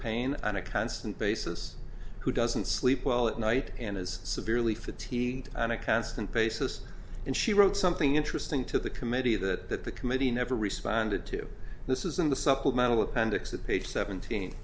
pain on a constant basis who doesn't sleep well at night and is severely fatigued and a constant basis and she wrote something interesting to the committee that the committee never responded to this is in the supplemental appendix at page seventeen